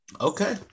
Okay